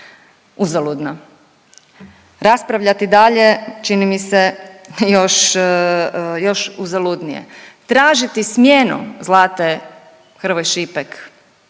uzaludno, raspravljati dalje čini mi se još, još uzaludnije. Tražiti smjenu Zlate Hrvoj-Šipek